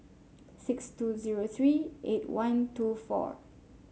six two zero three eight one two four